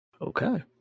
Okay